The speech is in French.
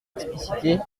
expliciter